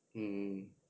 mm